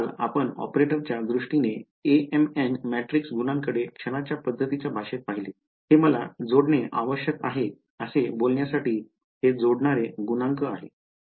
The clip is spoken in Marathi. काल आपण ऑपरेटरच्या दृष्टीने Amn मॅट्रिक्स गुणकाकडे क्षणांच्या पध्दतीच्या भाषेत पाहिले हे मला जोडणे आवश्यक आहे असे बोलण्यासाठी हे जोडणारे गुणांक आहे